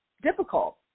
difficult